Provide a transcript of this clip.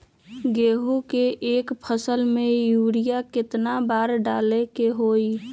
गेंहू के एक फसल में यूरिया केतना बार डाले के होई?